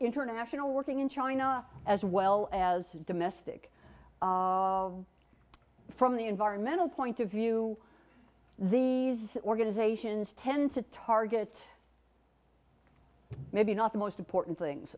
international working in china as well as domestic from the environmental point of view these organizations tend to target maybe not the most important things